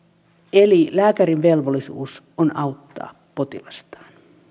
eli lääkärin velvollisuus on auttaa potilastaan